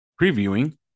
previewing